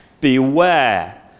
Beware